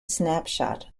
snapshot